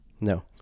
no